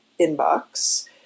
inbox